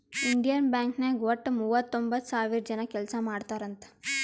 Indian Bank ನಾಗ್ ವಟ್ಟ ಮೂವತೊಂಬತ್ತ್ ಸಾವಿರ ಜನ ಕೆಲ್ಸಾ ಮಾಡ್ತಾರ್ ಅಂತ್